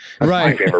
right